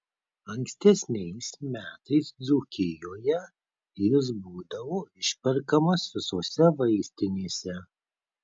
ankstesniais metais dzūkijoje jis būdavo išperkamas visose vaistinėse